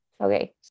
Okay